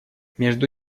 между